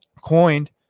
coined